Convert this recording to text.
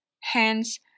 Hence